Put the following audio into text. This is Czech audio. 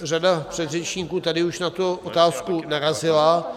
Řada předřečníků tady už na tu otázku narazila.